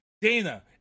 Dana